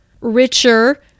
richer